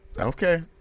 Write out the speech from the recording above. Okay